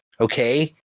Okay